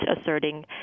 asserting